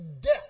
death